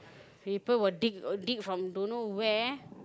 people will dig dig from don't know where